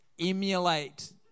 emulate